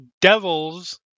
devils